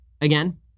again